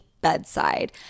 bedside